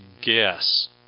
guess